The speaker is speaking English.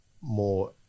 more